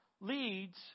leads